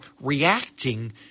reacting